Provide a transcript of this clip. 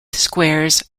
squares